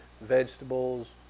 vegetables